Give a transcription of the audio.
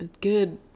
good